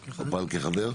כחבר?